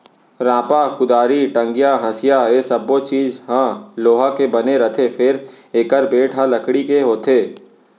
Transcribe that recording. रांपा, कुदारी, टंगिया, हँसिया ए सब्बो चीज ह लोहा के बने रथे फेर एकर बेंट ह लकड़ी के होथे